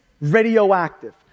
radioactive